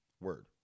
word